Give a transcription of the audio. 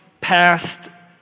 past